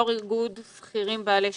יושב ראש איגוד שכירים בעלי שליטה.